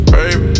Baby